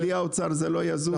בלי האוצר זה לא יזוז.